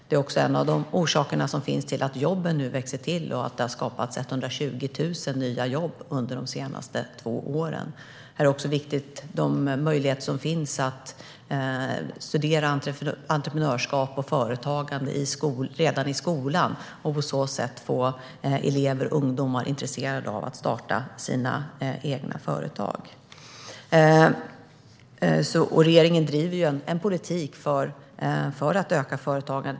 Det är också en av orsakerna till att jobben växer till och att det har skapats 120 000 nya jobb under de senaste två åren. Möjligheten att studera entreprenörskap och företagande redan i skolan är också viktig, för på så sätt får vi ungdomar intresserade av att starta egna företag. Regeringen driver en politik för att öka företagandet.